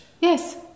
Yes